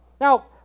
Now